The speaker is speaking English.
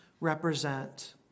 represent